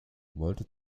wollte